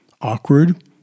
awkward